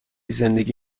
زندگی